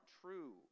true